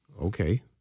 okay